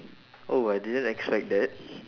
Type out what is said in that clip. oh I didn't expect that